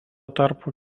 tarpu